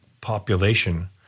Population